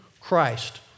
Christ